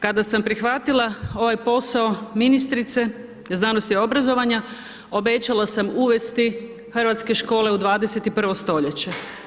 Kada sam prihvatila ovaj posao ministrice znanosti i obrazovanja obećala sam uvesti hrvatske škole u 21.-vo stoljeće.